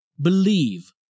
Believe